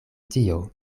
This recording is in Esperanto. tio